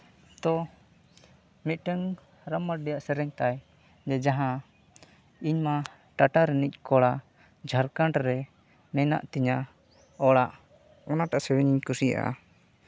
ᱛᱚ ᱢᱤᱫᱴᱟᱹᱝ ᱨᱟᱢ ᱢᱟᱹᱨᱰᱤᱭᱟᱜ ᱥᱮᱨᱮᱧ ᱛᱟᱭ ᱡᱟᱦᱟᱸ ᱤᱧᱢᱟ ᱴᱟᱴᱟ ᱨᱤᱱᱤᱡ ᱠᱚᱲᱟ ᱡᱷᱟᱲᱠᱷᱚᱸᱰ ᱨᱮ ᱢᱮᱱᱟᱜ ᱛᱤᱧᱟᱹ ᱚᱲᱟᱜ ᱚᱱᱟᱴᱟᱜ ᱥᱮᱨᱮᱧ ᱤᱧ ᱠᱩᱥᱤᱭᱟᱜᱼᱟ